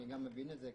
אני גם מבין את זה,